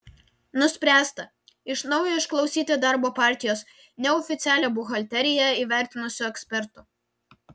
nuspręsta iš naujo išklausyti darbo partijos neoficialią buhalteriją įvertinusio eksperto